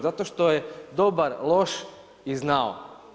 Zato što je dobar, loš i znao.